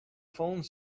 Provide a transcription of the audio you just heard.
phone